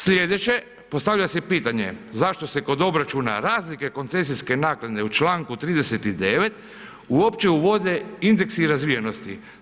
Sljedeće, postavlja se pitanje, zašto se kod obračuna razlike koncesijske naknade u čl. 39. uopće uvode indeksi razvijenosti?